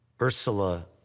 Ursula